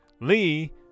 Lee